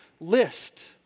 list